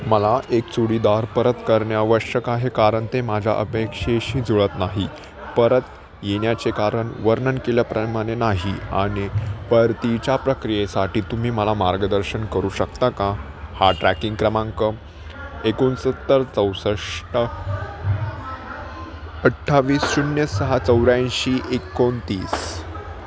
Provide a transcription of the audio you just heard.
मला एक चुडीदार परत करणे आवश्यक आहे कारण ते माझ्या अपेक्षेशी जुळत नाही परत येण्याचे कारण वर्णन केल्याप्रमाणे नाही आणि परतीच्या प्रक्रियेसाठी तुम्ही मला मार्गदर्शन करू शकता का हा ट्रॅकिंग क्रमांक एकोणसत्तर चौसष्ट अठ्ठावीस शून्य सहा चौऱ्याऐंशी एकोणतीस